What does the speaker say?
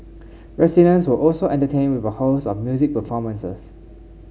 residents were also entertained with a host of music performances